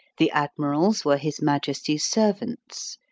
the admirals were his majesty's servants,